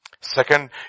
Second